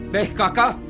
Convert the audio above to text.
kaka,